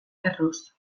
erruz